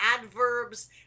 adverbs